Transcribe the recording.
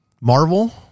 Marvel